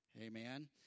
Amen